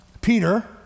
Peter